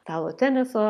stalo teniso